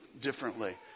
differently